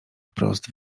wprost